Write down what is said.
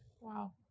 Wow